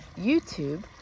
YouTube